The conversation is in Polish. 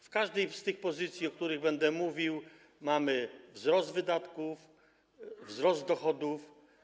W każdej z tych pozycji, o których będę mówił, mamy wzrost wydatków, wzrost dochodów.